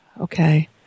Okay